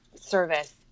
service